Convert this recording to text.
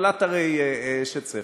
אבל את הרי אשת ספר,